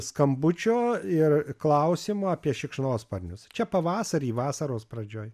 skambučio ir klausimo apie šikšnosparnius čia pavasarį vasaros pradžioj